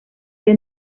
que